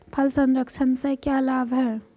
फल संरक्षण से क्या लाभ है?